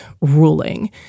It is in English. ruling